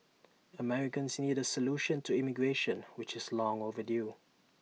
Americans need A solution to immigration which is long overdue